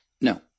No